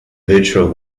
virtual